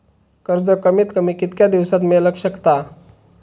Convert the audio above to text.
कर्ज कमीत कमी कितक्या दिवसात मेलक शकता?